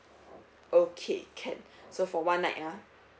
okay can so for one night ah